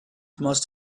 must